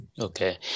Okay